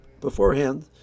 beforehand